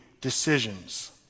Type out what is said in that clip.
decisions